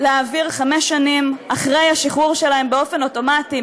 חמש שנים אחרי השחרור שלהם באופן אוטומטי,